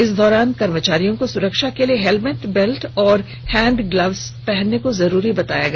इस दौरान कर्मचारियों को सुरक्षा के लिए हेलमेट बेल्ट और हैंड ग्लब्स पहनने को जरूरी बताया गया